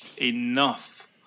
enough